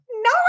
No